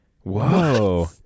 Whoa